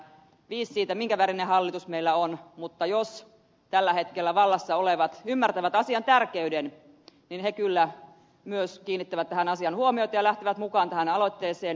viis siitä minkä värinen hallitus meillä on mutta jos tällä hetkellä vallassa olevat ymmärtävät asian tärkeyden niin he kyllä myös kiinnittävät tähän asiaan huomiota ja lähtevät mukaan tähän aloitteeseen